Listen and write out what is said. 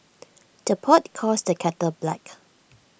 the pot calls the kettle black